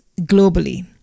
globally